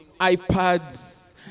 iPads